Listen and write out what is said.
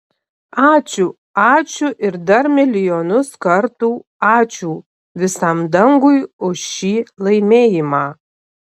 ačiū ačiū ir dar milijonus kartų ačiū visam dangui už šį laimėjimą